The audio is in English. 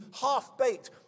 half-baked